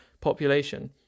population